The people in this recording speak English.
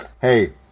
hey